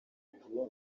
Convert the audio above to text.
bihembo